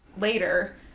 later